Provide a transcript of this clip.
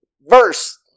verse